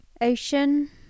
Ocean